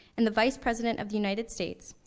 and the vice president of the united states.